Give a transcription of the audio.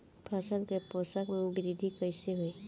फसल के पोषक में वृद्धि कइसे होई?